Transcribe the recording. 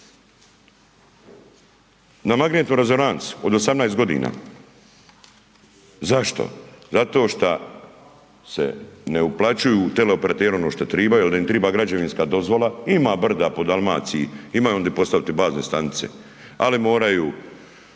na magnetnu rezonancu od 18 godina. Zašto? Zato što se ne uplaćuju teleoperateri ono što tribaju da im triba građevinska dozvola. Ima brda po Dalmaciji imaju oni di postaviti bazne stanice, ali moraju